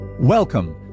welcome